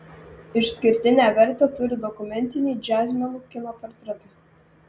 išskirtinę vertę turi dokumentiniai džiazmenų kino portretai